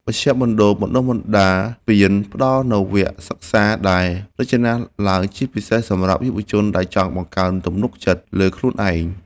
មជ្ឈមណ្ឌលបណ្ដុះបណ្ដាលស្ពាន ផ្ដល់នូវវគ្គសិក្សាដែលរចនាឡើងជាពិសេសសម្រាប់យុវជនដែលចង់បង្កើនទំនុកចិត្តលើខ្លួនឯង។